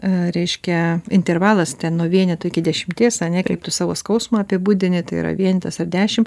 reiškia intervalas nuo vieneto iki dešimties ane kaip tu savo skausmą apibūdini tai yra vienetas ar dešim